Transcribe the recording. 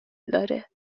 داره